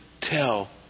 tell